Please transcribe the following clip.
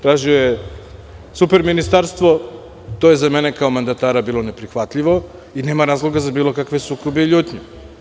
Tražio je super ministarstvo, a to je za mene kao mandatara bilo neprihvatljivo i nema razloga za bilo kakve sukobe i ljutnje.